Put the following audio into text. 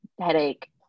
headache